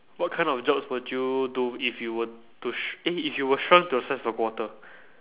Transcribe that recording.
what kind of jobs would you do if you were to sh~ eh if you were shrunk to the size of a quarter